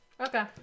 Okay